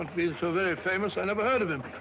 and be so famous, i've never heard of it.